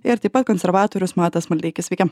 ir taip pat konservatorius matas maldeikis sveiki